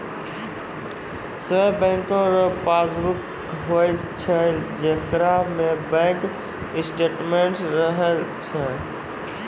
सभे बैंको रो पासबुक होय छै जेकरा में बैंक स्टेटमेंट्स रहै छै